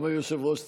גם היושב-ראש צחק.